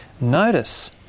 notice